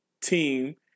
team